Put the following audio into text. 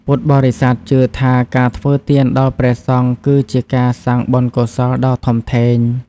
ពុទ្ធបរិស័ទជឿថា ការធ្វើទានដល់ព្រះសង្ឃ គឺជាការសាងបុណ្យកុសលដ៏ធំធេង។